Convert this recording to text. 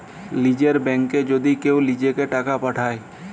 লীযের ব্যাংকে যদি কেউ লিজেঁকে টাকা পাঠায়